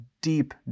deep